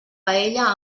paella